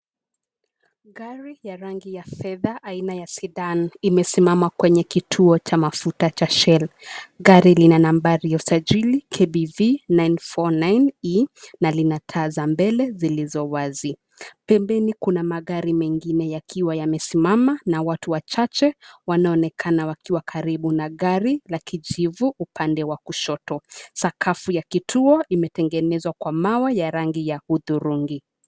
Gari ya rangi ya fedha, aina ya Sedan, imesimama kwenye kituo cha mafuta cha Shell. Gari lina nambari ya usajili KBV 949E na lina taa za mbele zilizo wazi. Pembeni kuna magari mengine yakiwa yamesimama na watu wachache wanaonekana wakiwa karibu na gari la kijivu upande wa kushoto. Sakafu ya kituo imetengenezwa kwa mawe ya rangi ya hudhurungi.